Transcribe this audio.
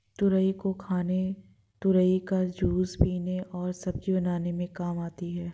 तुरई को खाने तुरई का जूस पीने और सब्जी बनाने में काम आती है